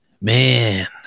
man